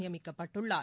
நியமிக்கப்பட்டுள்ளார்